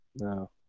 No